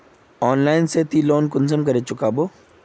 Online से ती loan कुंसम करे चुकाबो?